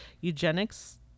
eugenics